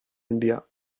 india